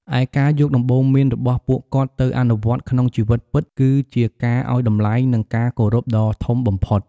ឯការយកដំបូន្មានរបស់ពួកគាត់ទៅអនុវត្តក្នុងជីវិតពិត គឺជាការឲ្យតម្លៃ និងការគោរពដ៏ធំបំផុត។